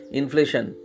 inflation